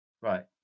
right